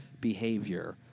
behavior